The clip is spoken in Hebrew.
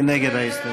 מי נגד ההסתייגות?